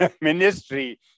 ministry